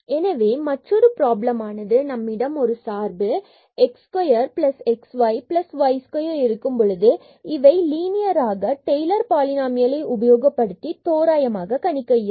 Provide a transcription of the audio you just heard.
எனவே மற்றொரு பிராபலமானது நம்மிடம் ஒரு சார்பு x square xy and y square இருக்கும் பொழுது இவை லீனியர் ஆக டெய்லர் பாலினாமியல் உபயோகப்படுத்தி தோராயமாக கணிக்க இயலும்